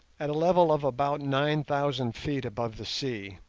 at a level of about nine thousand feet above the sea,